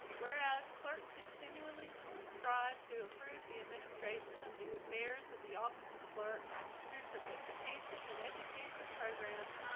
whereas clerk's continually so strive to improve the administration of the affairs of the office of clerk through participation in education programs,